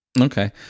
Okay